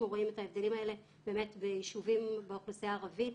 רואים את ההבדלים האלה ביישובים באוכלוסייה הערבית.